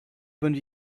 bonne